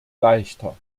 leichter